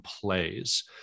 plays